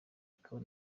akaba